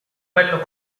quello